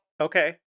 Okay